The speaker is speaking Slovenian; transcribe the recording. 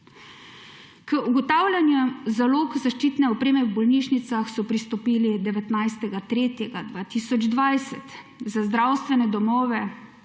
K ugotavljanju zalog zaščitne opreme v bolnišnicah so pristopili 19. 3. 2020, za zdravstvene domove